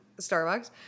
Starbucks